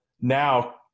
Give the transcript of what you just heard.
now